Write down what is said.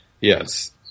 Yes